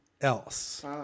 else